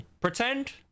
Pretend